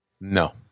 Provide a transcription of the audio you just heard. No